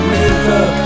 river